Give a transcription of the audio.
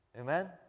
Amen